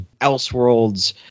Elseworlds